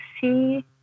see